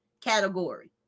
category